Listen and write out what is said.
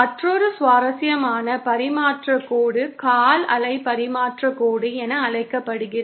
மற்றொரு சுவாரஸ்யமான பரிமாற்றக் கோடு கால் அலை பரிமாற்றக் கோடு என அழைக்கப்படுகிறது